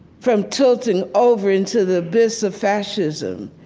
from tilting over into the abyss of fascism.